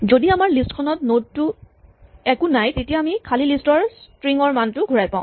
যদি আমাৰ লিষ্ট খনত নড টো একো নাই তেতিয়া আমি খালী লিষ্ট ৰ ষ্ট্ৰিং ৰ মানটো ঘূৰাই পাওঁ